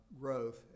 growth